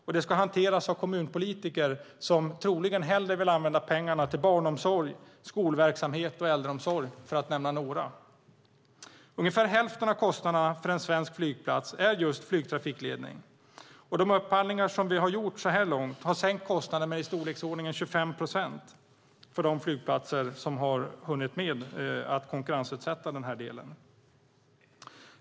Detta ska hanteras av kommunpolitiker som troligen hellre vill använda pengarna till barnomsorg, skolverksamhet och äldreomsorg - för att nämna några områden. Ungefär hälften av kostnaderna för en svensk flygplats är just för flygtrafikledning. De upphandlingar som vi har gjort så här långt har sänkt kostnaden med i storleksordningen 25 procent för de flygplatser där man har hunnit med att konkurrensutsätta denna del.